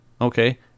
okay